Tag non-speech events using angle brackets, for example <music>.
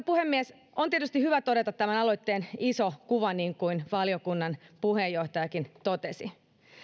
<unintelligible> puhemies on tietysti hyvä todeta tämän aloitteen iso kuva niin kuin valiokunnan puheenjohtajakin totesi